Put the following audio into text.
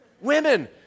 Women